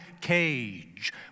cage